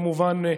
כמובן,